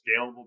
scalable